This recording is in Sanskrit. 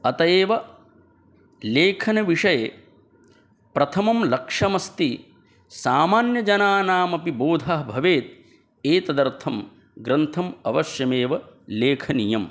अतः एव लेखनविषये प्रथमं लक्ष्यमस्ति सामान्यजनानामपि बोधः भवेत् एतदर्थं ग्रन्थः अवश्यमेव लेखनीयः